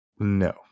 no